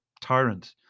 tyrant